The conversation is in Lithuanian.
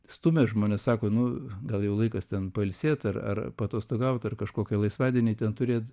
stumia žmonės sako nu gal jau laikas ten pailsėt ar ar paatostogaut ar kažkokią laisvadienį ten turėt